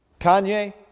kanye